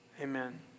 Amen